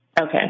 Okay